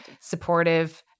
supportive